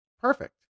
Perfect